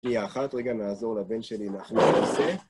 שנייה אחת, רגע, נעזור לבן שלי, אנחנו נעשה.